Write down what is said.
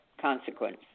consequence